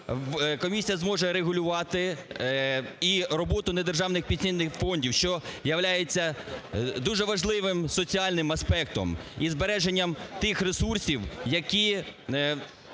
комісія зможе регулювати і роботу недержавних пенсійних фондів. Що являється дуже важливим соціальним аспектом із збереженням тих ресурсів, які